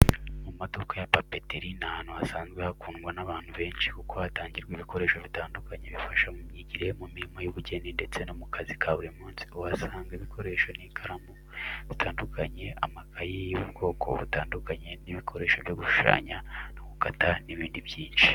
Mu maduka ya papeteri, ni ahantu hasanzwe hakundwa n’abantu benshi kuko hatangirwa ibikoresho bitandukanye bifasha mu myigire, mu mirimo y’ubugeni ndetse no mu kazi ka buri munsi. Uhasanga ibikoresho nk’ikaramu zitandukanye, amakayi y’ubwoko butandukanye, ibikoresho byo gushushanya no gukata n’ibindi byinshi.